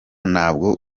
ntabwo